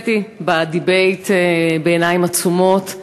התנסיתי בדיבייט בעיניים עצומות,